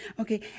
Okay